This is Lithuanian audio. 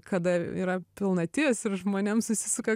kada yra pilnatis ir žmonėm susisuka